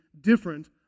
different